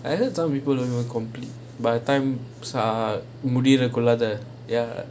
I heard some people never complete by time err they already regular there